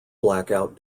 blackout